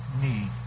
need